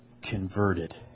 Converted